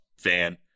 fan